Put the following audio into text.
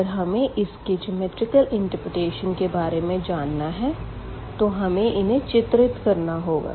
अगर हमें इस के ज्योमैट्रिकल इंटर्प्रेटेशन के बारे में जानना है तो हमें इन्हे चित्रित करना होगा